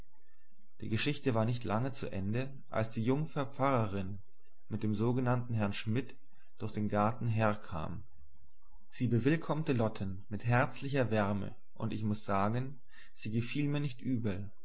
die geschichte war nicht lange zu ende als die jungfer pfarrerin mit dem sogenannten herrn schmidt durch den garten herkam sie bewillkommte lotten mit herzlicher wärme und ich muß sagen sie gefiel mir nicht übel